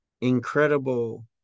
incredible